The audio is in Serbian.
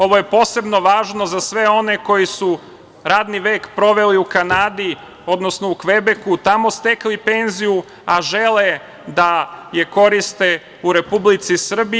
Ovo je posebno važno za sve one koji su radni vek proveli u Kanadi, odnosno u Kvebeku, tamo stekli penziju, a žele da je koriste u Republici Srbiji.